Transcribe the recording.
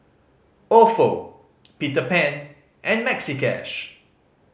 Ofo Peter Pan and Maxi Cash